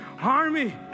army